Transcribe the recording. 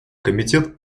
комитет